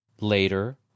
Later